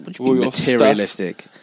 materialistic